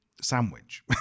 sandwich